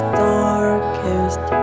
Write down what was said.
darkest